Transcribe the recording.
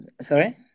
Sorry